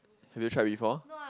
have you tried before